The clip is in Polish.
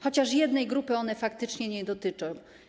Chociaż jednej grupy one faktycznie nie dotyczą.